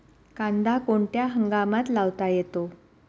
कांदा कोणत्या हंगामात लावता येतो?